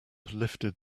lifted